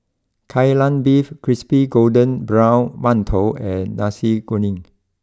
Kai Lan Beef Crispy Golden Brown Mantou and Nasi Kuning